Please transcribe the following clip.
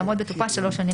מפקיע את ההוראה שבשנתיים